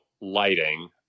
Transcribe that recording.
lighting